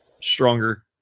stronger